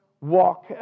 walk